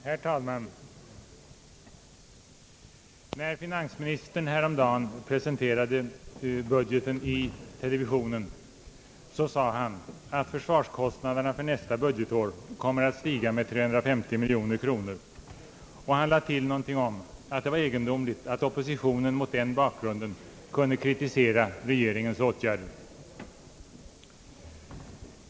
Herr talman! När finansministern häromdagen presenterade budgeten i televisionen, sade han att försvarskostnaderna för nästa budgetår kommer att stiga med 350 miljoner kronor. Han lade till någonting om att det var egendomligt att oppositionen mot den bakgrunden kunde kritisera regeringens åtgärder.